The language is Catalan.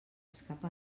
escapa